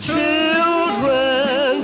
Children